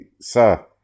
Sir